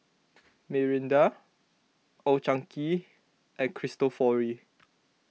Mirinda Old Chang Kee and Cristofori